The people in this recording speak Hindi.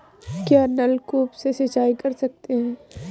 क्या नलकूप से सिंचाई कर सकते हैं?